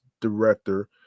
Director